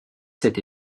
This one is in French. cette